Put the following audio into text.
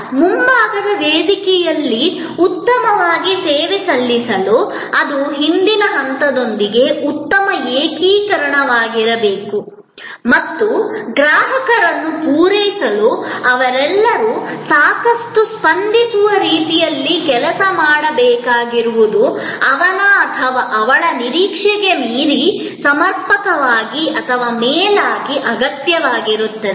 ಆದ್ದರಿಂದ ಮುಂಭಾಗದ ವೇದಿಕೆಯಲ್ಲಿ ಉತ್ತಮವಾಗಿ ಸೇವೆ ಸಲ್ಲಿಸಲು ಅದು ಹಿಂದಿನ ಹಂತದೊಂದಿಗೆ ಉತ್ತಮ ಏಕೀಕರಣವಾಗಿರಬೇಕು ಮತ್ತು ಗ್ರಾಹಕರನ್ನು ಪೂರೈಸಲು ಅವರೆಲ್ಲರೂ ಸಾಕಷ್ಟು ಸ್ಪಂದಿಸುವ ರೀತಿಯಲ್ಲಿ ಕೆಲಸ ಮಾಡಬೇಕಾಗಿರುವುದು ಅವನ ಅಥವಾ ಅವಳ ನಿರೀಕ್ಷೆಗೆ ಮೀರಿ ಸಮರ್ಪಕವಾಗಿ ಅಥವಾ ಮೇಲಾಗಿ ಅಗತ್ಯವಾಗಿರುತ್ತದೆ